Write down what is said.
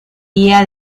día